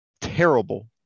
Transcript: terrible